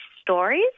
stories